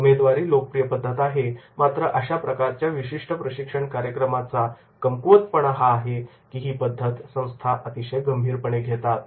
उमेदवारी लोकप्रिय पद्धत आहे मात्र अशा प्रकारच्या विशिष्ट प्रशिक्षण कार्यक्रमाचा कमकुवतपणा हा आहे की ही पद्धत संस्था अतिशय गंभीरपणे घेतात